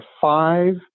five